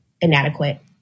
inadequate